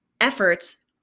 efforts